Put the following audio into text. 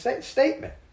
statement